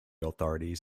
authorities